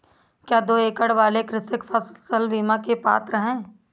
क्या दो एकड़ वाले कृषक फसल बीमा के पात्र हैं?